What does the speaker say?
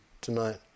tonight